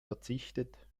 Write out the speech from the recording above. verzichtet